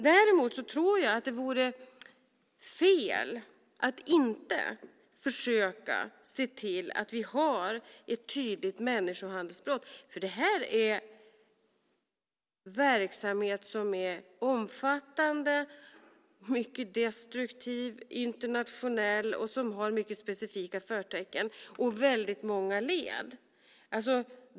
Jag tror däremot att det vore fel att inte försöka se till att vi har ett tydligt människohandelsbrott, för det här är verksamhet som är omfattande, mycket destruktiv, internationell och som har mycket specifika förtecken och väldigt många led.